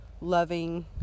loving